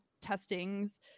testings